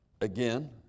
again